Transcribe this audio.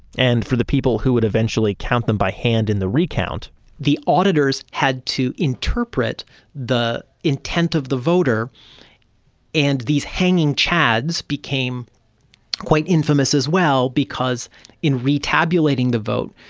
and for the people who would eventually count them by hand, in the recount the auditors had to interpret the intent of the voter and these hanging chads became quite infamous as well because in re-tabulating the vote,